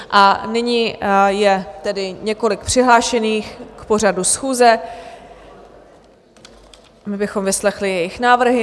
A nyní je tedy několik přihlášených k pořadu schůze, my bychom vyslechli jejich návrhy.